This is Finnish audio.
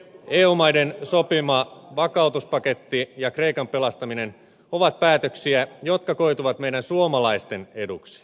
eu maiden sopima vakautuspaketti ja kreikan pelastaminen ovat päätöksiä jotka koituvat meidän suomalaisten eduksi